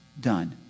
done